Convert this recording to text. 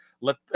Let